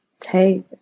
take